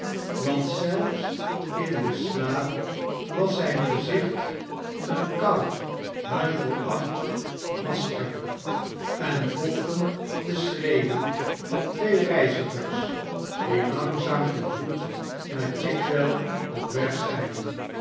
want zelfs in den slaap was zijn gezicht een koud huichelachtig masker en volgen de schreden van twee reizigers die langzaam te voet naar chigwell op weg zijn